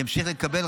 ימשיך לקבל,